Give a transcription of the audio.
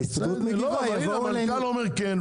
ההסתדרות --- אבל המנכ"ל אומר כן.